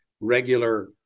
regular